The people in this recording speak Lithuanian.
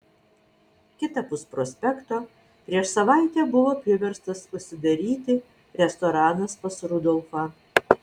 kitapus prospekto prieš savaitę buvo priverstas užsidaryti restoranas pas rudolfą